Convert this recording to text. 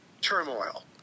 turmoil